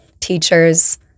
teachers